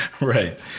right